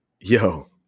yo